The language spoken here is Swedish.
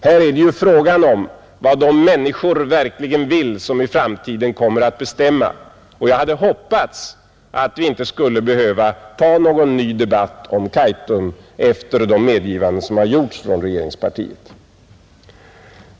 Här är det ju fråga om vad de människor verkligen vill som i framtiden kommer att bestämma, Jag hade hoppats att vi inte skulle behöva ta upp någon ny debatt om Kaitum efter de medgivanden som gjorts från regeringspartiet.